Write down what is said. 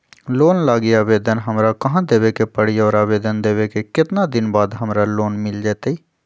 Loan लागी आवेदन हमरा कहां देवे के पड़ी और आवेदन देवे के केतना दिन बाद हमरा लोन मिल जतई?